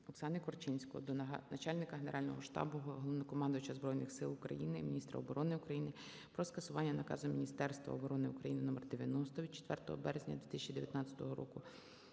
Оксани Корчинської до начальника Генерального штабу - Головнокомандувача Збройних Сил України, міністра оборони України про скасування Наказу Міністерства оборони України № 90 від 4 березня 2019 року